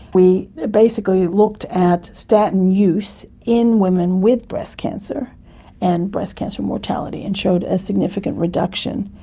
we basically looked at statin use in women with breast cancer and breast cancer mortality and showed a significant reduction.